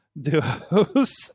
duos